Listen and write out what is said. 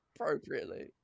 Appropriately